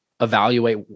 evaluate